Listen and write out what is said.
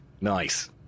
Nice